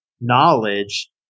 knowledge